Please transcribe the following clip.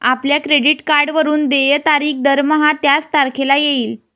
आपल्या क्रेडिट कार्डवरून देय तारीख दरमहा त्याच तारखेला येईल